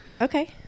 Okay